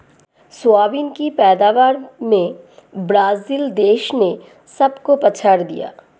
soybean की पैदावार में ब्राजील देश ने सबको पछाड़ दिया